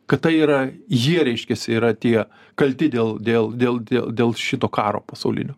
kad tai yra jie reiškiasi yra tie kalti dėl dėl dėl dėl dėl šito karo pasaulinio